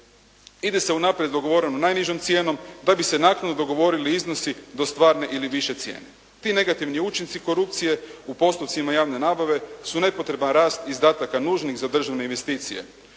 ide se unaprijed dogovorenom najnižom cijenom da bi se naknadno dogovorili iznosi do stvarne ili više cijene. Ti negativni učinci korupcije u postupcima javne nabave su nepotreban rast izdataka nužnih za državne investicije.